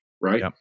Right